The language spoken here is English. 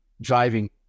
driving